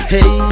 Hey